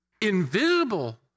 invisible